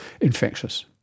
infectious